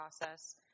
process